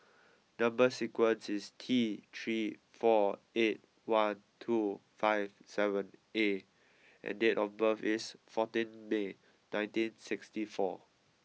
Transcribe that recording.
number sequence is T three four eight one two five seven A and date of birth is fourteen May nineteen sixty four